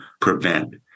prevent